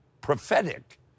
prophetic